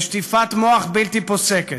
לשטיפת מוח בלתי פוסקת.